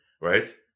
right